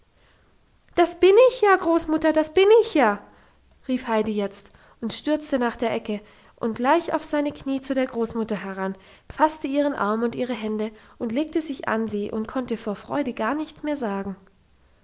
da bin ich ja großmutter da bin ich ja rief heidi jetzt und stürzte nach der ecke und gleich auf seine knie zu der großmutter heran fasste ihren arm und ihre hände und legte sich an sie und konnte vor freude gar nichts mehr sagen